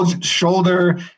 shoulder